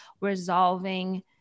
resolving